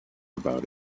about